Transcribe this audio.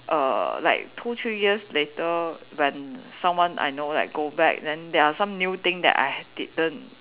err like two three years later when someone I know like go back then there are some new thing that I ha~ didn't